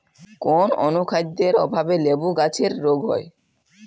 কোন অনুখাদ্যের অভাবে লেবু গাছের রোগ হয়?